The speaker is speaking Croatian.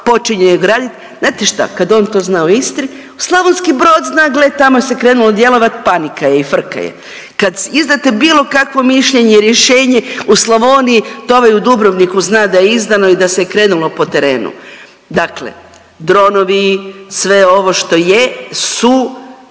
počinje ju graditi. Znate šta kad on to zna u Istri, Slavonski Brod zna gle tamo se krenulo djelovati panika je i frka je. Kad izdate bilo kakvo mišljenje, rješenje u Slavoniji to ovaj i u Dubrovniku zna da je izdano i da se je krenulo po terenu. Dakle, dronovi sve ovo što je su